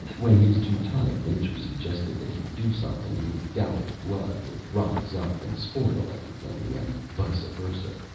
when his teutonic nature suggested that he do something, his gallic blood would rise up and spoil everything, and vice versa.